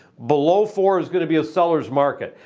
below four is gonna be a seller's market.